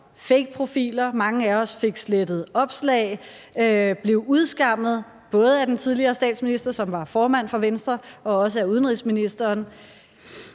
fake profiler. Mange af os fik slettet opslag, blev udskammet, både af den tidligere statsminister, som var formand for Venstre, og også af udenrigsministeren.